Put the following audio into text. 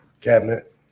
cabinet